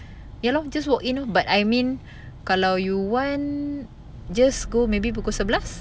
ya lor just walk in lor but I mean kalau you want just go maybe pukul sebelas